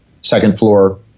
second-floor